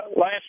Last